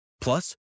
Plus